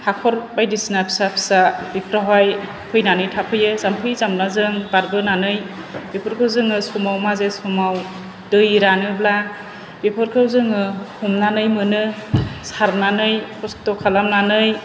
हखर बायदिसिना फिसा फिसा बेफ्रावहाय फैनानै थाफैयो जाम्फै जामलाजों बारबोनानै बेफोरखौ जोङो समाव माजे समाव दै रानोब्ला बेफोरखौ जोङो हमनानै मोनो सारनानै खस्थ खालामनानै